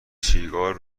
سیگار